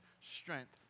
strength